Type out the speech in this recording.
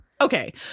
okay